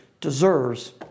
deserves